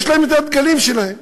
יש להם דגלים שלהם,